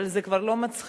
אבל זה כבר לא מצחיק.